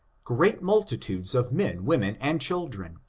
great multitudes of men, women and chil dren,